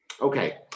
Okay